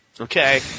Okay